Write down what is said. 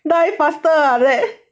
die faster eh leh